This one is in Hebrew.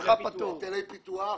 היטלי פיתוח?